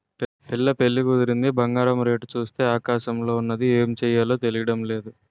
పిల్ల పెళ్లి కుదిరింది బంగారం రేటు సూత్తే ఆకాశంలోన ఉన్నాది ఏమి సెయ్యాలో తెల్డం నేదు